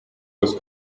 was